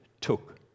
took